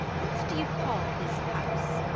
what do you call this house?